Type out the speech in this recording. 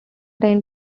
time